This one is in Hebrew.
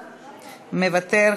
מוותר,